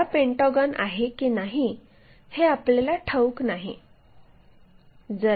तो खरा पेंटागॉन आहे की नाही हे आपल्याला ठाऊक नाही